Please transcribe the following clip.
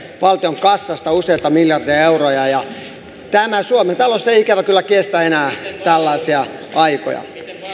valtion kassasta useita miljardeja euroja tämä suomen talous ei ikävä kyllä kestä enää tällaisia aikoja